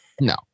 No